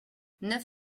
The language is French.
neuf